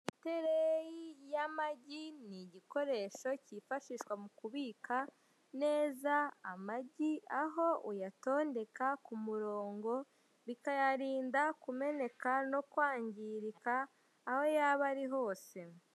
Itereyi y'amagi ni igikoresho kifashishwa mu kubika neza amagi, aho uyatondeka ku murongo, bikayarinda kumeneka no kwangirika aho yaba ari hose.